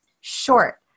short